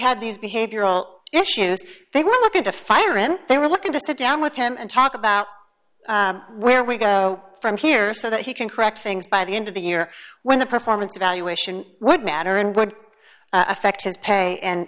had these behavioral issues they were looking to fire in they were looking to sit down with him and talk about where we go from here so that he can correct things by the end of the year when the performance evaluation would matter and would affect his pay